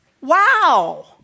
wow